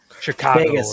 Chicago